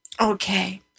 Okay